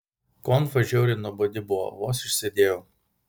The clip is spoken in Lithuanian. konfa žiauriai nuobodi buvo vos išsėdėjau